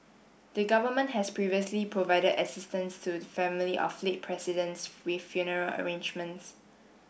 the government has previously provided assistance to the family of late presidents with funeral arrangements